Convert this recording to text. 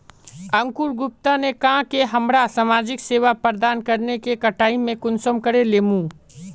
अंकूर गुप्ता ने कहाँ की हमरा समाजिक सेवा प्रदान करने के कटाई में कुंसम करे लेमु?